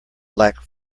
lack